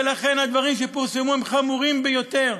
ולכן הדברים שפורסמו הם חמורים ביותר,